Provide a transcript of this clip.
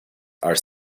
are